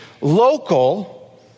local